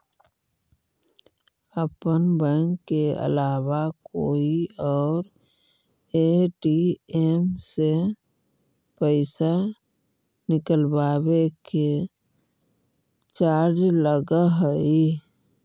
अपन बैंक के अलावा कोई और ए.टी.एम से पइसा निकलवावे के चार्ज लगऽ हइ